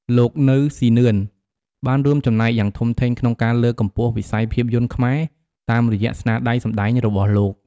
លោក នៅ សុីនឿន បានរួមចំណែកយ៉ាងធំធេងក្នុងការលើកកម្ពស់វិស័យភាពយន្តខ្មែរតាមរយៈស្នាដៃសម្តែងរបស់លោក។